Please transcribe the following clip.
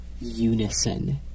unison